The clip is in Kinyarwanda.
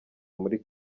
muri